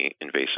invasive